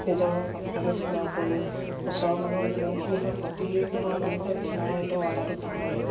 নিজৰ কাপোৰ কানি চিলোৱা উপৰিও ওচৰৰ মানুহৰ যিমানখিনি হয় প্ৰতিঘৰ অৰ্ডাৰটো